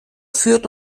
führt